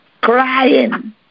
crying